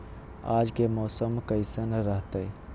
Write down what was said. आज के मौसम कैसन रहताई?